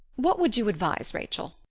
what would you advise, rachel?